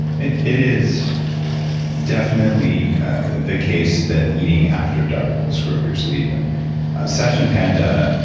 it it is definitely the case that eating after dark will screw up your sleep, and satchid panda,